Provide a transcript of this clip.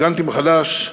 ארגנתי מחדש,